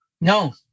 No